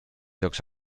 llocs